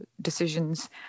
decisions